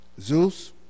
Zeus